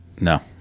no